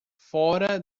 fora